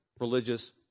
religious